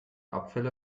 abfälle